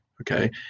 Okay